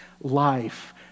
life